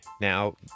Now